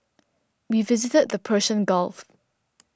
we visited the Persian Gulf